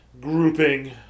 grouping